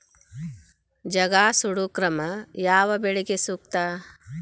ಜಗಾ ಸುಡು ಕ್ರಮ ಯಾವ ಬೆಳಿಗೆ ಸೂಕ್ತ?